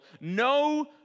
no